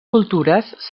cultures